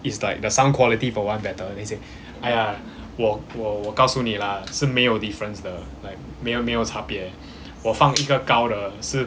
is like the sound quality for one better then he say !aiya! 我我我告诉你 lah 是没有 difference 的 like 没有没有差别我放一个高的是